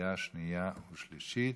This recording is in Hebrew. לקריאה שנייה ושלישית.